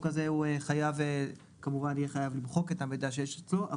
הזה הוא יהיה חייב כמובן למחוק את המידע שיש אצלו,